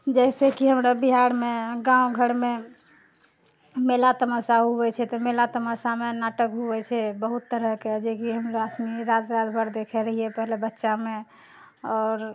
जाहि से कि हमरा बिहारमे गाँव घरमे मेला तमाशा ओ होइ छै तऽ मेला तमाशामे नाटक हुए छै बहुत तरहकेँ जेकि हमरा सनि रात रात भर देखे रहिऐ पहले बच्चामे आओर